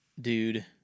Dude